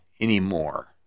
anymore